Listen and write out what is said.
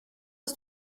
aus